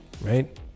right